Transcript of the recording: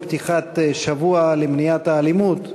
בפתיחת השבוע למניעת האלימות,